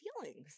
feelings